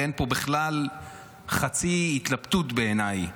ואין פה בכלל חצי התלבטות בעיניי.